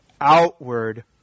outward